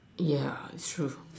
yeah it's true